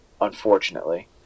unfortunately